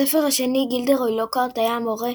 בספר השני גילדרוי לוקהרט היה המורה,